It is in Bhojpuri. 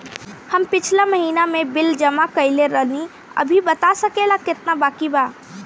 हम पिछला महीना में बिल जमा कइले रनि अभी बता सकेला केतना बाकि बा?